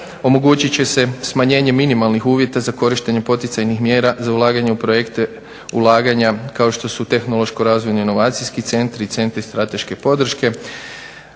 omogućiti će se smanjenje minimalnih uvjeta za korištenje poticajnih mjera za ulaganje u projekte ulaganja kao što su tehnološki razvojni inovacijski centri, centri strateške podrške